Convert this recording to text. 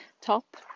top